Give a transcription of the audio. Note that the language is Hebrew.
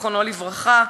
זיכרונו לברכה,